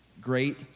great